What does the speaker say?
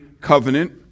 covenant